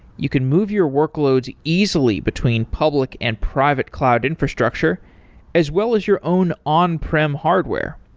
you can move your workloads easily between public and private cloud infrastructure as well as your own on-prim hardware.